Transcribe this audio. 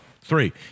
Three